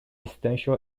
residential